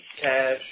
cash